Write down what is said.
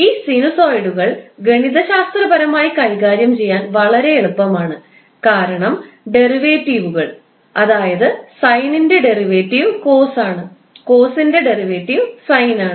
ഈ സൈനസോയിഡുകൾ ഗണിതശാസ്ത്രപരമായി കൈകാര്യം ചെയ്യാൻ വളരെ എളുപ്പമാണ് കാരണം ഡെറിവേറ്റീവുകൾ അതായത് സൈനിൻറെ ഡെറിവേറ്റീവ് കോസ് ആണ് കോസിന്റെ ഡെറിവേറ്റീവ് സൈൻ ആണ്